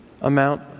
amount